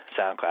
SoundCloud